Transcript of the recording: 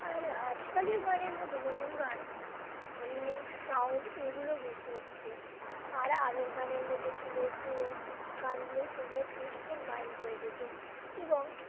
আর আজকালের গানের মধ্যে নতুন গান রিমিক্স সাউন্ড এগুলো বেশি হচ্ছে আর আগের গানের মধ্যে ছিল যে গানগুলো শুনলে পিসফুল মাইল্ড হয়ে যেত এবং